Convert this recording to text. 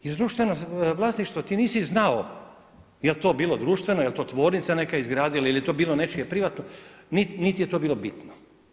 Društveno vlasništvo ti nisi znao je li to bilo društveno, jel' to tvornica neka izgradila ili je to bilo nečije privatno niti je to bilo bitno.